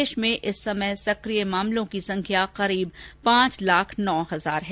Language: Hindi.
देश में इस समय सक्रिय मामलों की संख्या लगभग पांच लाख नौ हजार है